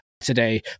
today